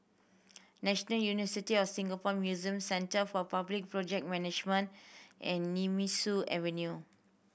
National University of Singapore Museums Centre for Public Project Management and Nemesu Avenue